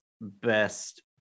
best